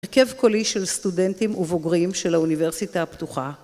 הרכב קולי של סטודנטים ובוגרים של האוניברסיטה הפתוחה